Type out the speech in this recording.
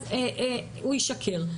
ארגון שיגיד אצלנו אין, אז הוא ישקר.